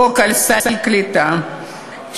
חוק סל הקליטה,